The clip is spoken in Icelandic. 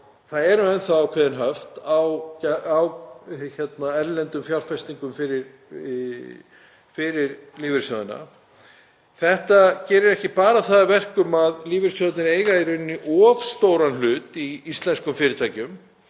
það eru ákveðin höft á erlendum fjárfestingum fyrir lífeyrissjóðina. Þetta gerir ekki bara það að verkum að lífeyrissjóðirnir eiga í rauninni of stóran hlut í íslenskum fyrirtækjum